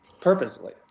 purposely